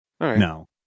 No